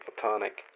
platonic